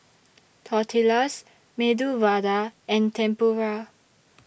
Tortillas Medu Vada and Tempura